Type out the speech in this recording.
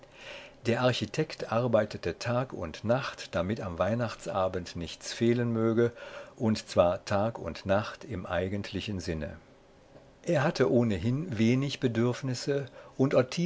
der architekt arbeitete tag und nacht damit am weihnachtsabend nichts fehlen möge und zwar tag und nacht im eigentlichen sinne er hatte ohnehin wenig bedürfnisse und